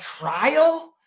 trial